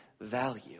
value